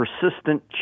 persistent